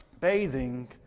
bathing